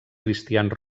cristians